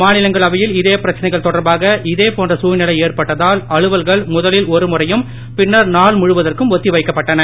மாநிலங்களவையில் இதே பிரச்னைகள் தொடர்பாக இதேபோன்ற தழ்நிலை ஏற்பட்டதால் அலுவல்கள் முதலில் ஒரு முறையும் பின்னர் நான் முழுவதற்கும் ஒத்தி வைக்கப்பட்டன